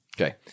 Okay